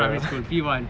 primary school P one